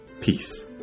Peace